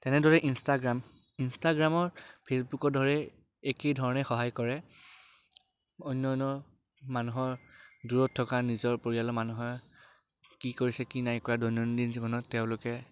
তেনেদৰে ইনষ্টাগ্ৰাম ইনষ্টাগ্ৰামৰ ফেচবুকৰ দৰেই একেই ধৰণে সহায় কৰে অন্যান্য মানুহৰ দূৰত থকা নিজৰ পৰিয়ালৰ মানুহে কি কৰিছে কি নাই কৰা দৈনন্দিন জীৱনত তেওঁলোকে